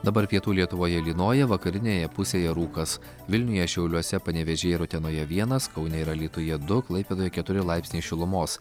dabar pietų lietuvoje lynoja vakarinėje pusėje rūkas vilniuje šiauliuose panevėžyje ir utenoje vienas kaune ir alytuje du klaipėdoje keturi laipsniai šilumos